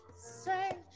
Say